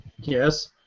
Yes